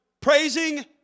praising